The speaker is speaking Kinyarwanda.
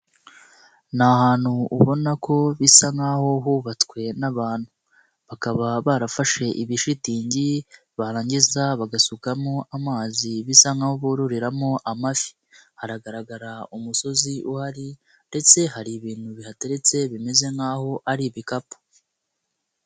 Ni ahantu ubona ko bisa nk'aho hubatswe n'abantu. Bakaba barafashe ibishitingi ,barangiza bagasukamo amazi ,bisa nk'aho bororeramo amafi. Haragaragara umusozi uhari ndetse hari ibintu bihateretse bimeze nk'aho ari ibikapu.